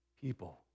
people